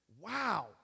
Wow